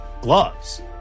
gloves